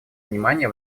внимание